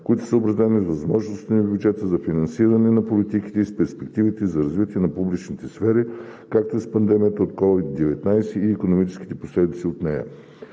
г. са съобразени с възможностите на бюджета за финансиране на политиките и с перспективите за развитие на публичните сфери, както и с пандемията от COVID-19 и икономическите последици от нея.